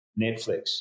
Netflix